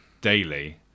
daily